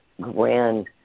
grand